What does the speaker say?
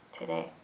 today